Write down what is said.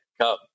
Come